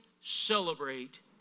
Celebrate